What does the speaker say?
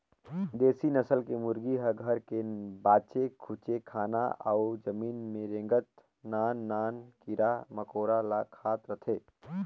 देसी नसल के मुरगी ह घर के बाचे खुचे खाना अउ जमीन में रेंगत नान नान कीरा मकोरा ल खात रहथे